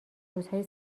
روزهای